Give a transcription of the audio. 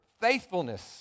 faithfulness